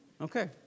Okay